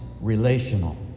relational